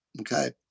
okay